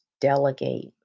Delegate